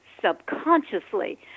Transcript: subconsciously